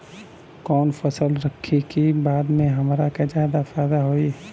कवन फसल रखी कि बाद में हमरा के ज्यादा फायदा होयी?